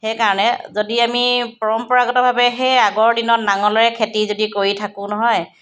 সেইকাৰণে যদি আমি পৰম্পৰাগতভাৱে সেই আগৰ দিনত নাঙলেৰে খেতি যদি কৰি থাকোঁ নহয়